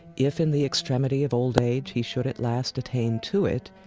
if in the extremity of old age, he should at last attain to it,